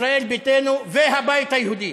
ישראל ביתנו והבית היהודי,